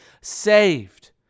saved